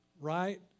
right